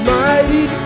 mighty